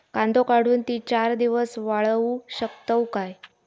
कांदो काढुन ती चार दिवस वाळऊ शकतव काय?